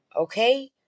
Okay